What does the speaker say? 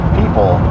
people